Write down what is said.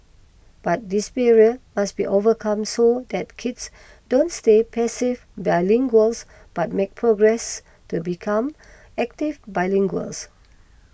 but this barrier must be overcome so that kids don't stay passive bilinguals but make progress to become active bilinguals